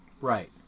Right